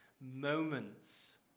moments